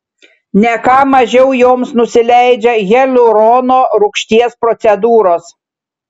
ne ką mažiau joms nusileidžia hialurono rūgšties procedūros